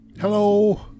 Hello